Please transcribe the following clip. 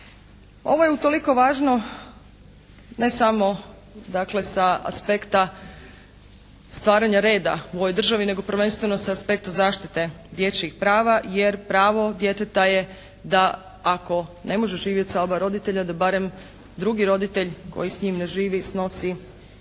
Ovo je utoliko važno ne samo dakle sa aspekta stvaranja reda u ovoj državi nego prvenstveno sa aspekta zaštite dječjih prava, jer pravo djeteta je da ako ne može živjeti sa oba roditelja, da barem drugi roditelj koji s njim ne živi snosi određene